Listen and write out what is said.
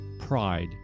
pride